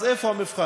אז איפה המבחן?